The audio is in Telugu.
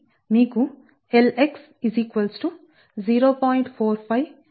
45 mHkm లభిస్తుంది